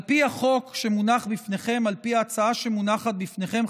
על פי ההצעה שמונחת בפניכם,